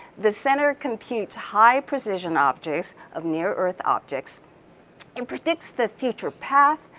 the center computes high precision objects of near earth objects and predicts the future path,